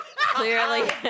Clearly